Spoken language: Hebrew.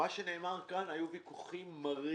מה שנאמר כאן, היו ויכוחים מרים